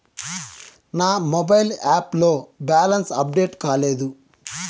నా mobile app లో balance update కాలేదు